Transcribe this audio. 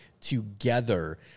together